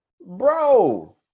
bro